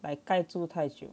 like 盖住太久